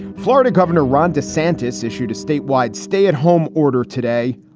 florida governor ron desantis issued a statewide stay at home order today.